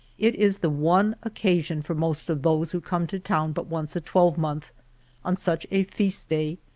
it is the one occasion for most of those who come to town but once a twelvemonth, on such a feast day,